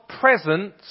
presence